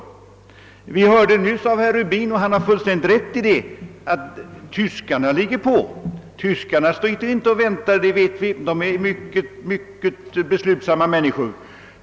Herr Rubin som nyss höll ett anförande har fullständigt rätt i att tyskarna ligger långt framme; de sitter inte och väntar, ty de är synnerligen beslutsamma människor.